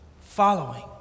following